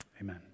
amen